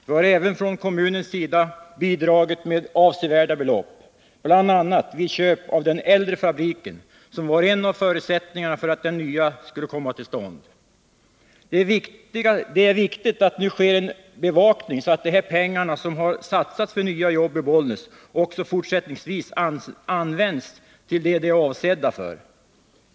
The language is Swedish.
Vi har även från kommunens sida bidragit med avsevärda belopp, bl.a. vid köpet av den äldre fabriken, vilket var en av förutsättningarna för att den nya skulle komma till stånd. Det är viktigt att det nu sker en bevakning av att de pengar som har satsats för nya jobb i Bollnäs också fortsättningsvis används till det de är avsedda för.